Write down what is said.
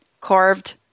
carved